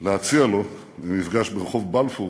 להציע לו, במפגש ברחוב בלפור